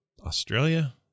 Australia